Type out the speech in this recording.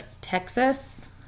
Texas